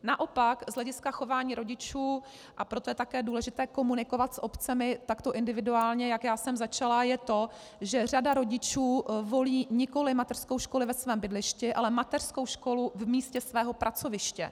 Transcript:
Naopak z hlediska chování rodičů, a proto je také důležité komunikovat s obcemi takto individuálně, jak já jsem začala, je to, že řada rodičů volí nikoliv mateřskou školu ve svém bydlišti, ale mateřskou školu v místě svého pracoviště.